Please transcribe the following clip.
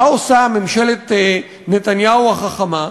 מה עושה ממשלת נתניהו החכמה?